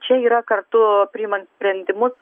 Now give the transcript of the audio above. čia yra kartu priimant sprendimus